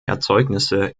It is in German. erzeugnisse